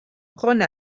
rhône